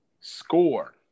score